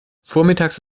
vormittags